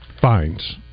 Fines